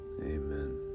Amen